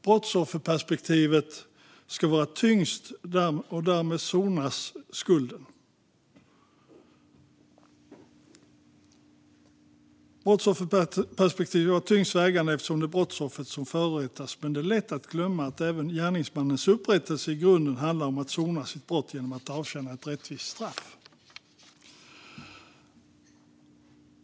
Brottsofferperspektivet ska vara det tyngst vägande eftersom det är brottsoffret som förorättats. Men det är lätt att glömma att även gärningsmannens upprättelse i grunden handlar om att sona brottet genom att avtjäna ett rättvist straff.